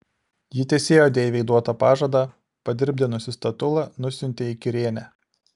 ji tesėjo deivei duotą pažadą padirbdinusi statulą nusiuntė į kirėnę